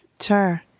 Sure